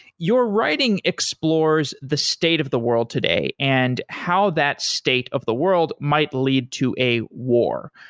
your writing explores the state of the world today and how that state of the world might lead to a war.